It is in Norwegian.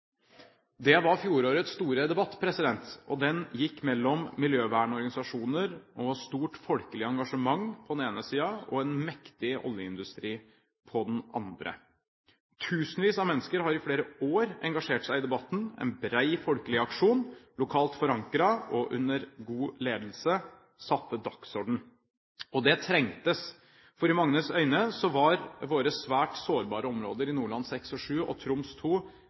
Det var fjorårets store debatt, og den gikk mellom miljøvernorganisasjoner og et stort folkelig engasjement på den ene siden og en mektig oljeindustri på den andre. Tusenvis av mennesker har i flere år engasjert seg i debatten. En bred folkelig aksjon lokalt forankret og under god ledelse satte dagsordenen. Og det trengtes, for i manges øyne var våre svært sårbare områder i Nordland VI og VII og Troms